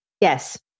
Yes